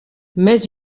mais